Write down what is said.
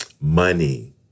Money